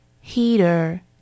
Heater